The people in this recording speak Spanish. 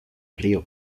río